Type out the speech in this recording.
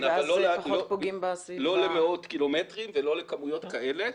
כן, אבל לא למאות קילומטרים ולא לכמויות כאלה.